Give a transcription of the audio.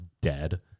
dead